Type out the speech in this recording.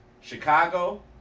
Chicago